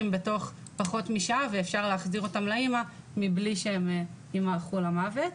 בתוך פחות משעה ואפשר להחזיר אותם לאמא מבלי שהם יימעכו למוות.